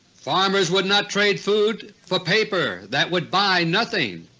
farmers would not trade food for paper that would buy nothing,